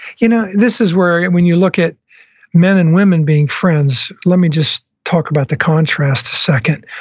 you know this is where and when you look at men and women being friends, let me just talk about the contrast a second.